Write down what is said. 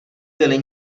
byli